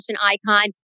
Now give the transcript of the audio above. icon